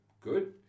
good